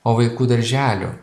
o vaikų darželių